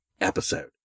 episode